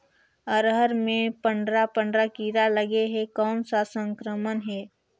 अरहर मे पंडरा पंडरा कीरा लगे हे कौन सा संक्रमण हे?